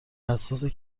حساسه